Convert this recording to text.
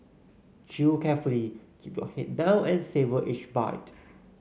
chew carefully keep your head down and savour each bite